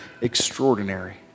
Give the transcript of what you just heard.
extraordinary